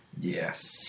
Yes